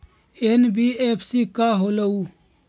NBFC का होलहु?